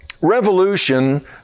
Revolution